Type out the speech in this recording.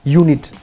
unit